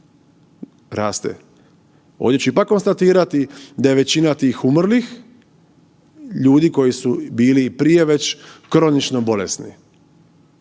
raste. Ovdje ću ipak konstatirati da je većina tih umrlih ljudi koji su bili i prije već kronično bolesni